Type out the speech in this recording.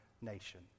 nation